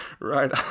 right